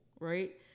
Right